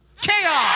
Chaos